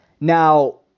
Now